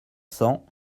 cents